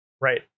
right